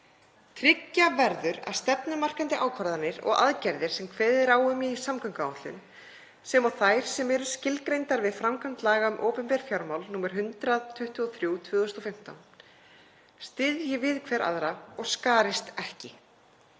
Tryggja verður að stefnumarkandi ákvarðanir og aðgerðir sem kveðið er á um í samgönguáætlun, sem og þær sem eru skilgreindar við framkvæmd laga um opinber fjármál, nr. 123/2015, styðji við hver aðra og skarist ekki.